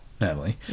natalie